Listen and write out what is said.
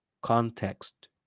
context